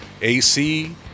AC